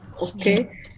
okay